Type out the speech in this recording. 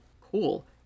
cool